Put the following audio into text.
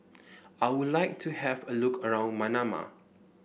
I would like to have a look around Manama